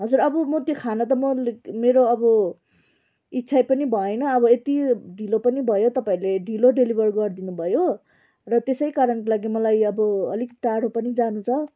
हजुर अब म त्यो खाना त म मेरो अब इच्छै पनि भएन अब यति ढिलो पनि भयो तपाईँहरूले ढिलो डेलिबर गरिदिनुभयो र त्यसै कारणको लागि मलाई अब अलिक टाढो पनि जानु छ